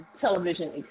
television